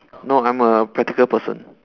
no I'm a practical person